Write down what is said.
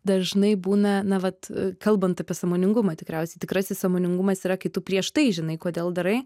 dažnai būna na vat kalbant apie sąmoningumą tikriausiai tikrasis sąmoningumas yra kai tu prieš tai žinai kodėl darai